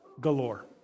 Galore